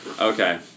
Okay